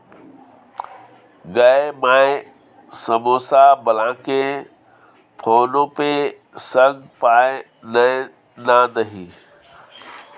गै माय समौसा बलाकेँ फोने पे सँ पाय दए ना दही